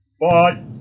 Bye